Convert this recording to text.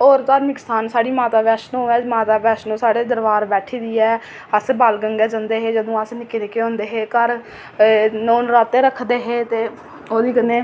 होर साढ़े धार्मिक स्थान साढ़ी माता वैष्णो माता वैष्णो साढ़े दरबार बैठी दी ऐ अस बाणगंगा जंदे हे अस जदूं निक्के निक्के होंदे हे घर ते नौ नराते रखदे हे ते ओह्दे कन्नै